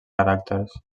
caràcters